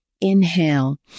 Inhale